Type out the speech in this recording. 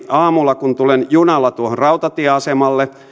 aamulla kun tulen junalla tuohon rautatieasemalle